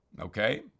Okay